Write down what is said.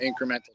incremental